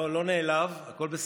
אני לא נעלב, הכול בסדר.